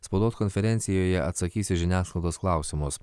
spaudos konferencijoje atsakys į žiniasklaidos klausimus